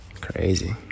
Crazy